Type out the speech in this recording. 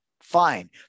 fine